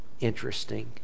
interesting